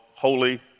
Holy